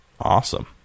Awesome